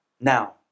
Now